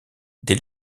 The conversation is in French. des